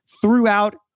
throughout